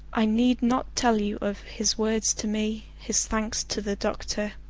i need not tell you of his words to me, his thanks to the doctor,